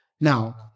Now